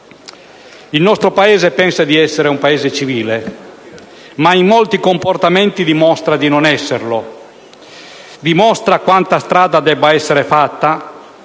Il nostro Paese pensa di essere un Paese civile, ma in molti comportamenti dimostra di non esserlo, dimostra quanta strada debba essere ancora